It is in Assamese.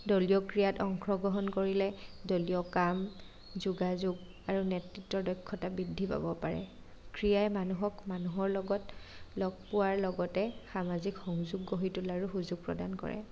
দলীয় ক্ৰীড়াত অংশগ্ৰহণ কৰিলে দলীয় কাম যোগাযোগ আৰু নেতৃত্বৰ দক্ষতা বৃদ্ধি পাব পাৰে ক্ৰীড়াই মানুহক মানুহৰ লগত লগ পোৱাৰ লগতে সামাজিক সংযোগ গঢ়ি তোলাৰো সুযোগ প্ৰদান কৰে